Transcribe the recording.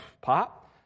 pop